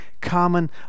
common